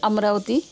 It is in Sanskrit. अमरावती